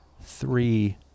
three